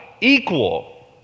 equal